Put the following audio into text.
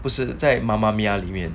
不是在 mama mia 里面